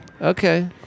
Okay